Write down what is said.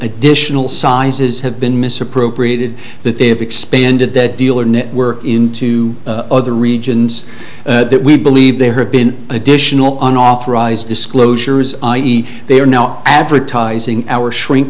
additional sizes have been misappropriated that they have expanded that dealer network into other regions that we believe there have been additional unauthorized disclosures i e they are now advertising our shrink